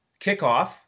kickoff